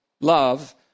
Love